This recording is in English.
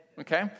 Okay